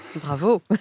Bravo